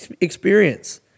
experience